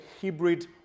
hybrid